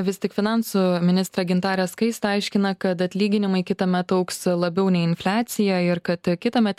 vis tik finansų ministrė gintarė skaistė aiškina kad atlyginimai kitąmet augs labiau nei infliacija ir kad kitąmet